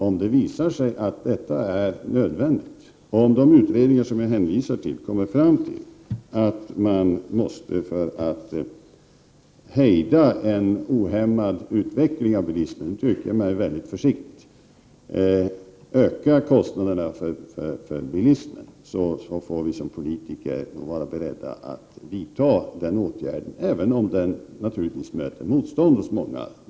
Om de utredningar som jag hänvisat till kommer fram till att man för att hejda en ohämmad utveckling av bilismen — nu uttrycker jag mig mycket försiktigt — måste öka kostnaderna för bilismen, får vi som politiker vara beredda att vidta den åtgärden, även om den naturligtvis stöter på motstånd hos många.